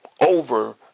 over